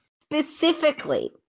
Specifically